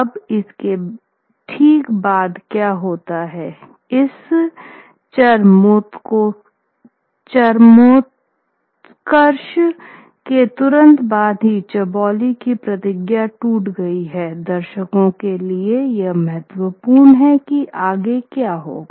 अब इसके ठीक बाद क्या होता है इस चरमोत्कर्ष के तुरंत बाद कि चौबोली की प्रतिज्ञा टूट गई है दर्शकों के लिए यह महत्वपूर्ण है की आगे क्या होगा